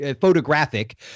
photographic